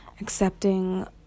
accepting